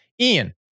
Ian